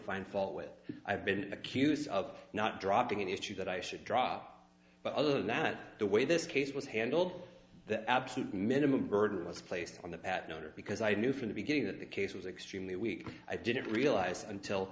find fault with i've been accused of not dropping an issue that i should drop but other than that the way this case was handled the absolute minimum burden was placed on the pattern or because i knew from the beginning that the case extremely weak i didn't realize until